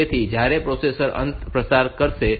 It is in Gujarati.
તેથી જ્યારે પ્રોસેસર અંતે તપાસ કરે છે કે 17